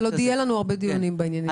ויהיו לנו עוד הרבה דיונים בעניין הזה.